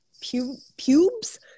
pubes